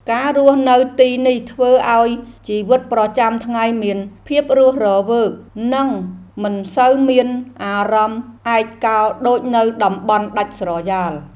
ការរស់នៅទីនេះធ្វើឱ្យជីវិតប្រចាំថ្ងៃមានភាពរស់រវើក និងមិនសូវមានអារម្មណ៍ឯកោដូចនៅតំបន់ដាច់ស្រយាល។